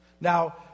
Now